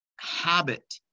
habit